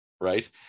right